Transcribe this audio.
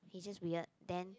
he's just weird then